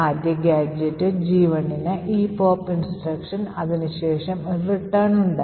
ആദ്യ gadget G1 ന് ഈ pop ഇൻസ്ട്രക്ഷൻ അതിനുശേഷം ഒരു റിട്ടേൺ ഉണ്ട്